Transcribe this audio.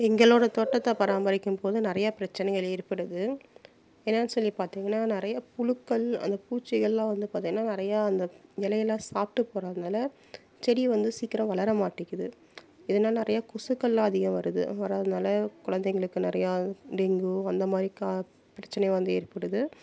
எங்களோட தோட்டத்தை பராமரிக்கும் போது நிறையா பிரச்சனைகள் ஏற்படுது என்னனு சொல்லி பார்த்திங்கன்னா நிறையா புழுக்கள் அந்த பூச்சிகள் எல்லாம் வந்து பார்த்திங்கன்னா நிறையா அந்த இலையெல்லாம் சாப்பிட்டு போகறதுனால செடி வந்து சீக்கிரம் வளர மாட்டிக்கிது இதனால் நிறையா கொசுக்கள் எல்லாம் அதிகம் வருது வரதுனால குலந்தைங்களுக்கு நிறையா டெங்கு அந்த மாதிரி கா பிரச்சனை வந்து ஏற்படுது